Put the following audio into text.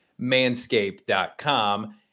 manscape.com